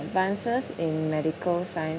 advances in medical science